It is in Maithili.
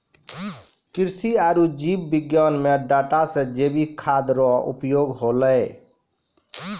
कृषि आरु जीव विज्ञान मे डाटा से जैविक खाद्य रो उपयोग होलै